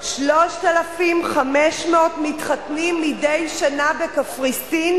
3,500 מתחתנים מדי שנה בקפריסין,